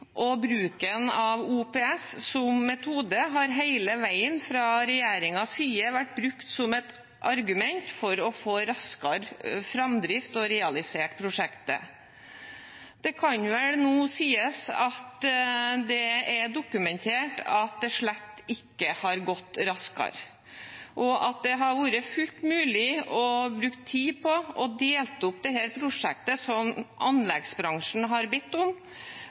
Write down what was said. og bruken av OPS som metode har hele veien fra regjeringens side vært brukt som et argument for å få raskere framdrift og få realisert prosjektet. Det kan vel nå sies at det er dokumentert at det slett ikke har gått raskere, og at det hadde vært fullt mulig å bruke tid på å dele opp dette prosjektet, slik anleggsbransjen har bedt om,